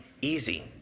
easy